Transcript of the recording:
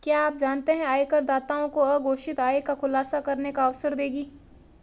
क्या आप जानते है आयकरदाताओं को अघोषित आय का खुलासा करने का अवसर देगी?